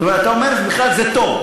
זאת אומרת, אתה אומר, בכלל זה טוב.